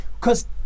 cause